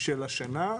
של השנה,